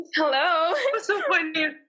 Hello